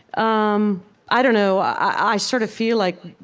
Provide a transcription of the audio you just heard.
um i don't know, i sort of feel like,